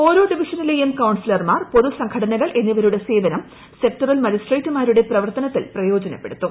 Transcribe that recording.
ഓരോ ഡിവിഷനിലെയും കൌൺസിലർമാർ പൊതു സംഘടനകൾ എന്നിവരുടെ സേവന്ത് സെക്ടറൽ മജിസ്ട്രേറ്റുമാരുടെ പ്രവർത്തനത്തിൽ പ്രയോജനപ്പെടുത്തും